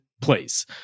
place